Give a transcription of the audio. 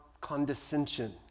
condescension